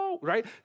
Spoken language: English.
Right